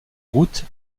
routes